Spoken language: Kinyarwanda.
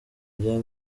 rya